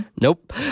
Nope